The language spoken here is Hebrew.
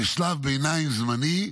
כשלב ביניים זמני,